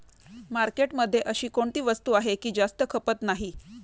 मार्केटमध्ये अशी कोणती वस्तू आहे की जास्त खपत नाही?